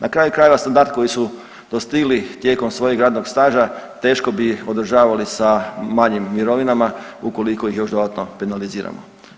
Na kraju krajeva standard koji su dostigli tijekom svojeg radnog staža teško bi održavali sa manjim mirovinama ukoliko ih još dodatno penaliziramo.